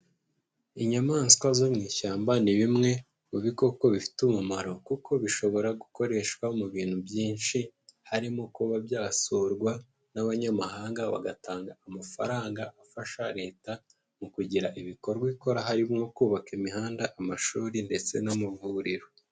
Inyamaswa zo mu ishyamba ni bimwe mu bikoko bifite umumaro kuko bishobora gukoreshwa mu bintu byinshi, harimo kuba byasurwa n'abanyamahanga bagatanga amafaranga afasha leta mu kugira ibikorwa ikora harimo nko kubaka imihanda, amashuri ndetse n'amavuriro.